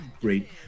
great